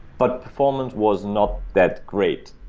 but performance was not that great.